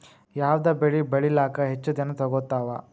ಯಾವದ ಬೆಳಿ ಬೇಳಿಲಾಕ ಹೆಚ್ಚ ದಿನಾ ತೋಗತ್ತಾವ?